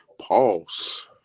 pause